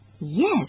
Yes